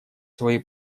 свои